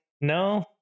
No